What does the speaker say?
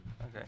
Okay